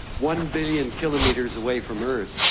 one billion kilometres away from earth,